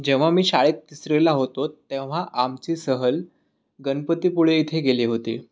जेव्हा मी शाळेत तिसरीला होतो तेव्हा आमची सहल गणपतीपुळे इथे गेली होती